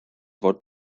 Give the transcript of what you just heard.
fod